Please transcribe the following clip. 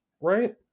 right